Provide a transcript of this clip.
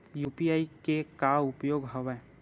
UPI के का उपयोग हवय?